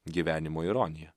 gyvenimo ironija